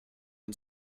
and